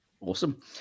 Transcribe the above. Awesome